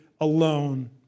alone